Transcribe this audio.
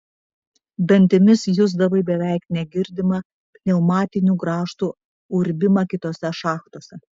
dantimis jusdavai beveik negirdimą pneumatinių grąžtų urbimą kitose šachtose